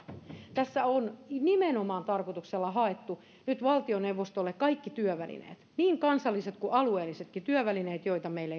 tässä on nimenomaan tarkoituksella haettu nyt valtioneuvostolle kaikki työvälineet niin kansalliset kuin alueellisetkin työvälineet joita meillä